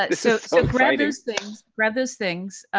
but so so grab those things. grab those things,